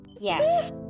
Yes